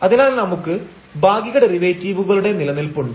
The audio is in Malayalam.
അതിനാൽ നമുക്ക് ഭാഗിക ഡെറിവേറ്റീവുകളുടെ നിലനിൽപ്പുണ്ട്